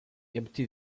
empty